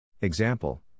Example